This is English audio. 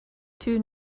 two